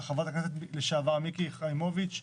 חברת הכנסת לשעבר מיקי חיימוביץ,